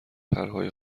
پرهای